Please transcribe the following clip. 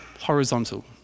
horizontal